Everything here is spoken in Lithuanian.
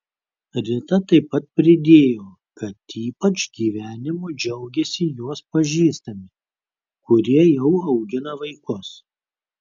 rita taip pat pridėjo kad ypač gyvenimu džiaugiasi jos pažįstami kurie jau augina vaikus